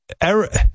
Eric